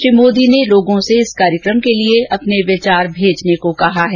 श्री मोदी ने लोगों से इस कार्यक्रम के लिए अपने विचार भेजने को कहा है